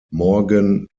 morgan